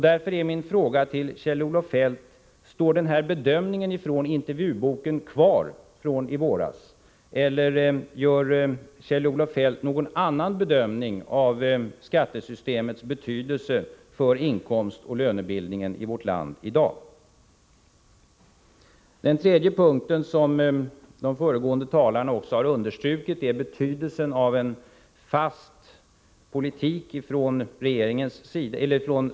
Därför är min fråga till Kjell-Olof Feldt: Står den här bedömningen från intervjuboken kvar från i våras, eller gör Kjell-Olof Feldt någon annan bedömning av skattesystemets betydelse för inkomstoch lönebildningen i vårt land i dag? Nr 49 Den tredje punkten — som de föregående talarna också har understrukit — Onsdagen den är betydelsen av en fast politik från statsmakterna som arbetsgivare.